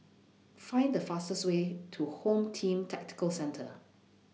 Find The fastest Way to Home Team Tactical Centre